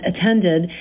attended